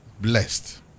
Blessed